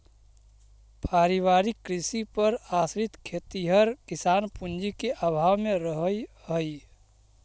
पारिवारिक कृषि पर आश्रित खेतिहर किसान पूँजी के अभाव में रहऽ हइ